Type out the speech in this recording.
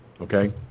Okay